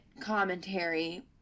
commentary